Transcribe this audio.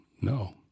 no